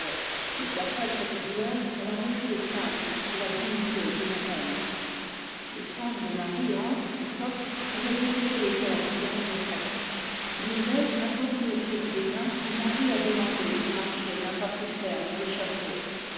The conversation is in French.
mais qu'après cette douleur elle a repris le calme et la dignité d'une reine les femmes de marié entrent et sortent pour exécuter lés ordres dé leur maîtresse l'une d'ettes apporte une coupe de vin que marie a demandée pour marcher d'un pas plus ferme à l'échafaud